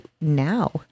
now